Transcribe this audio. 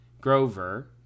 Grover